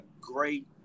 great